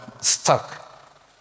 stuck